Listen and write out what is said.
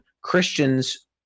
Christians